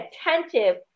attentive